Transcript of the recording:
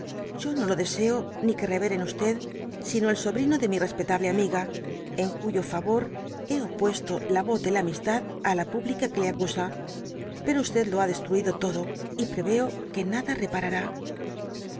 yo no lo deseo ni querré ver en sino el sobrino de mi respetable amiga en cuyo favor hé opuesto la voz de la amistad á la dby google i pública que le acusa pero lo ha destraidolch do y preveo que nada reparará